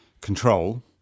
control